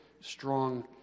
strong